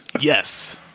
Yes